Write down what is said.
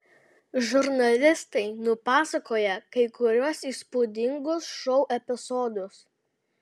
žurnalistai nupasakoja kai kuriuos įspūdingus šou epizodus